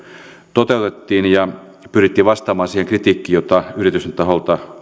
toteutettiin ja pyrittiin vastaamaan siihen kritiikkiin jota yritysten taholta